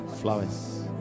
Flowers